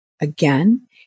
Again